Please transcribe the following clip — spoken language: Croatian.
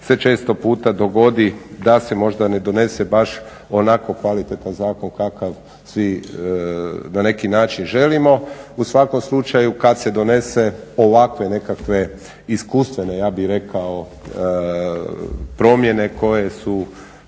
se često puta dogodi da se možda ne donese baš onako kvalitetan zakona kakav svi na neki način želimo, u svakom slučaju kad se donese ovakve nekakve iskustvene ja bih rekao promjene koje su